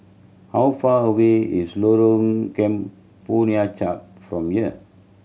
how far away is Lorong Kemunchup from here